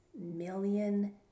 million